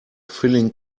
filing